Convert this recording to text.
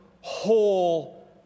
whole